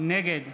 נגד